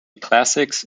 classics